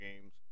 games